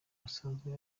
basanzwe